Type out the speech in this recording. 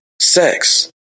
sex